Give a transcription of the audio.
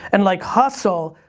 and like, hustle,